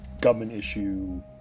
government-issue